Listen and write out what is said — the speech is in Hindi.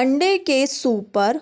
अंडे के सुपर